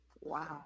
Wow